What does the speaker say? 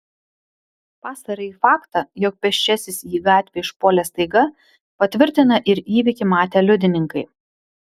pastarąjį faktą jog pėsčiasis į gatvę išpuolė staiga patvirtina ir įvykį matę liudininkai